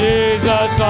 Jesus